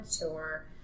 tour